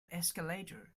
escalator